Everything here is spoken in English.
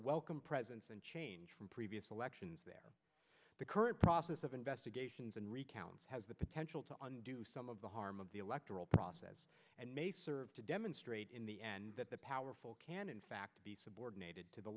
welcome presence and change from previous elections there the current process of investigating and recounts has the potential to on do some of the harm of the electoral process and may serve to demonstrate in the end that the powerful can in fact be subordinated to the